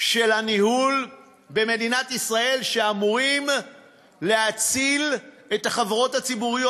של הניהול במדינת ישראל שאמורים להציל את החברות הציבוריות.